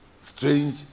Strange